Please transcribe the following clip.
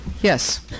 Yes